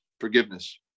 forgiveness